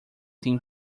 tem